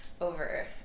over